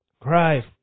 cry